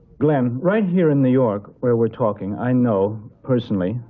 glenn, right here in new york where we're talking, i know, personally,